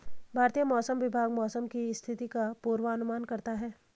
भारतीय मौसम विभाग मौसम की स्थिति का पूर्वानुमान करता है